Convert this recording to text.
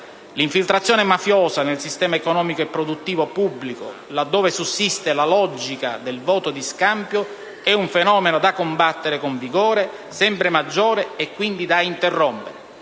L'infiltrazione mafiosa nel sistema economico e produttivo pubblico, laddove sussiste la logica del voto di scambio, è un fenomeno da combattere con vigore sempre maggiore e quindi da interrompere.